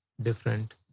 Different